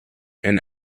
and